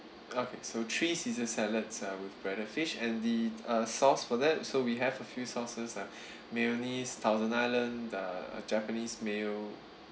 okay so three caesar salads uh with breaded fish and the uh sauce for that so we have a few sauces are mayonnaise thousand island uh uh japanese mayo